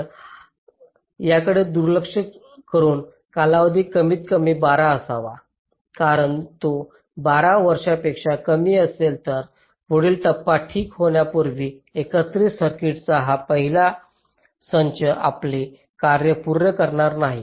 तर याकडे दुर्लक्ष करून कालावधी कमीत कमी 12 असावा कारण जर तो 12 वर्षांपेक्षा कमी असेल तर पुढील टप्पा ठीक होण्यापूर्वी एकत्रित सर्किटचा हा पहिला संच आपले कार्य पूर्ण करणार नाही